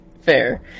Fair